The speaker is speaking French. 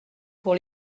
pour